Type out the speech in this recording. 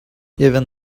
even